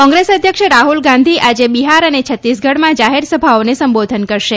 કોંગ્રેસ અધ્યક્ષ રાહ્લ ગાંધી આજે બિહાર અને છત્તીસગઢમાં જાહેરસભાઓને સંબોધન કરશે